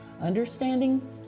Understanding